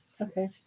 okay